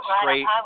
straight